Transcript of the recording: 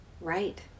right